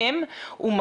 ואני